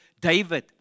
David